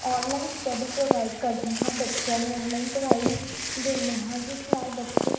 online study provide ਕਰਦੇ ਹਾਂ ਬੱਚਿਆਂ ਨੂੰ ਔਨਲਾਈਨ ਪੜ੍ਹਾਈ ਦਿੰਦੇ ਹਾਂ ਜਿਸ ਨਾਲ ਬੱਚੇ